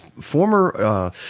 former